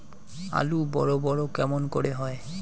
আলু বড় বড় কেমন করে হয়?